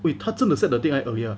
wait 他真的 set the deadline earlier ah